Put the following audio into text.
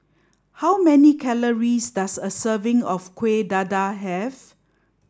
how many calories does a serving of kueh dadar have